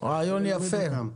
רעיון יפה.